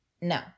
No